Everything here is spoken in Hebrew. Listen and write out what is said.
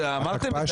אמרתם.